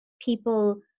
people